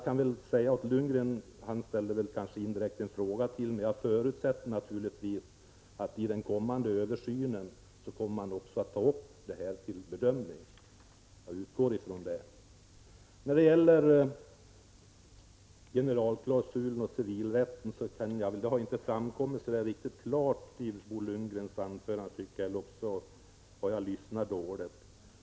Till Bo Lundgren, som ställde en indirekt fråga till mig, kan jag säga att jag naturligtvis förutsätter att man i den kommande översynen tar upp detta till bedömning. Det utgår jag ifrån. När det gäller generalklausulen på civilrättens område framgick det inte riktigt klart i Bo Lundgrens anförande hur det förhåller sig, eller också lyssnade jag dåligt.